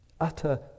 utter